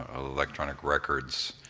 ah electronic records